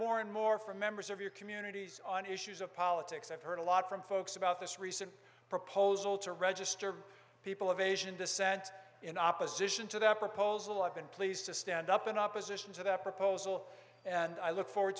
more and more from members of your communities on issues of politics i've heard a lot from folks about this recent proposal to register people of asian descent in opposition to the proposal i've been pleased to stand up in opposition to that proposal and i look forward